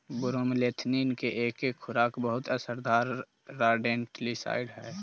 bromethalin के एके खुराक बहुत असरदार रोडेंटिसाइड हई